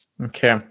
Okay